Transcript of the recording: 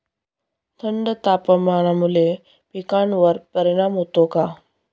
थंड तापमानामुळे पिकांवर परिणाम होतो का?